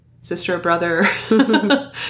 sister-brother